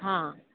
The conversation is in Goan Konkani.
हां